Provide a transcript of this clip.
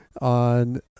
on